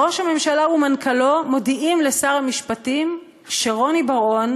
ראש הממשלה ומנכ"לו מודיעים לשר המשפטים שרוני בר-און